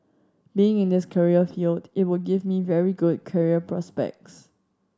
being in this career field it would give me very good career prospects